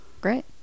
great